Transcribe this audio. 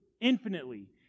infinitely